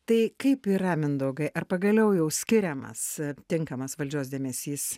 tai kaip yra mindaugai ar pagaliau jau skiriamas tinkamas valdžios dėmesys